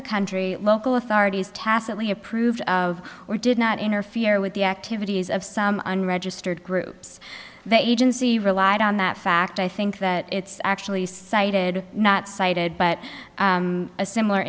the country local authorities tacitly approved of or did not interfere with the activities of some unregistered groups that agency relied on that fact i think that it's actually cited not cited but a similar